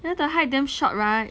then the hike damn short right